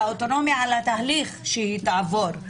אלא אוטונומיה על התהליך שהיא תעבור,